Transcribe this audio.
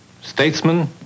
Statesman